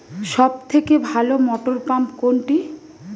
সবথেকে ভালো মটরপাম্প কোনটি?